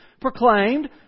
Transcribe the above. proclaimed